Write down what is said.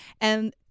And-